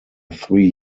three